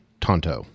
Tonto